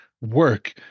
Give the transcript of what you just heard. work